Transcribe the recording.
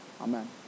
Amen